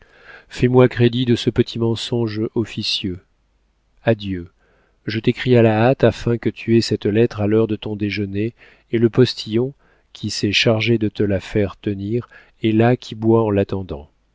fais-moi crédit de ce petit mensonge officieux adieu je t'écris à la hâte afin que tu aies cette lettre à l'heure de ton déjeuner et le postillon qui s'est chargé de te la faire tenir est là qui boit en l'attendant